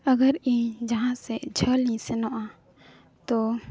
ᱟᱜᱟᱨ ᱤᱧ ᱡᱟᱦᱟᱥᱮᱜ ᱡᱷᱟᱹᱞᱤᱧ ᱥᱮᱱᱚᱜᱼᱟ ᱛᱚ